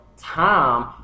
time